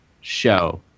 show